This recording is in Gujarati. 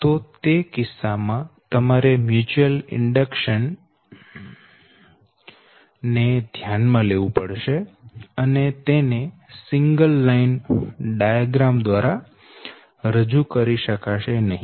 અને તે કિસ્સામાં તમારે મ્યુચ્યુઅલ ઇન્ડડક્શન ને ધ્યાનમાં લેવું પડશે અને તેને સિંગલ લાઈન ડાયાગ્રામ દ્વારા રજુ કરી શકાશે નહી